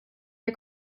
der